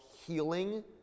healing